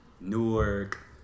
Newark